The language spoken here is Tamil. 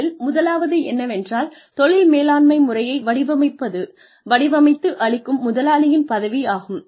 அதில் முதலாவது என்னவென்றால் தொழில் மேலாண்மை முறையை வடிவமைத்து அளிக்கும் முதலாளியின் பதவி ஆகும்